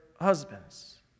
husbands